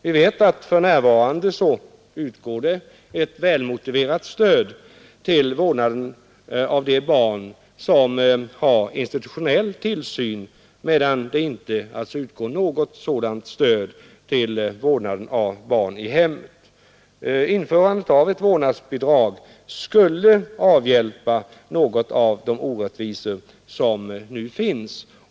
Vi vet att för närvarande utgår ett välmotiverat stöd till vårdnaden av de barn som har institutionell tillsyn, medan det inte utgår något sådant stöd till vårdnaden av barn i hemmet. Införandet av ett vårdnadsbidrag skulle avhjälpa några av de orättvisor som nu finns.